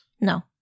No